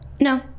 No